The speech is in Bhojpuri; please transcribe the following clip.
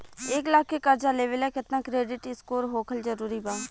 एक लाख के कर्जा लेवेला केतना क्रेडिट स्कोर होखल् जरूरी बा?